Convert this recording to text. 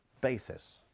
basis